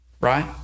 Right